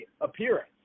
appearance